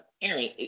Aaron